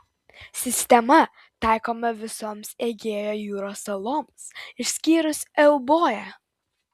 sistema taikoma visoms egėjo jūros saloms išskyrus euboją